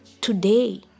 Today